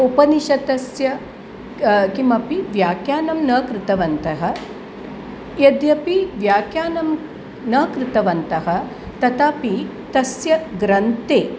उपनिशदः किमपि व्याख्यानं न कृतवन्तः यद्यपि व्याख्यानं न कृतवन्तः तथापि तस्य ग्रन्थे